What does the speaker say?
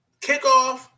kickoff